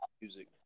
music